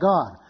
God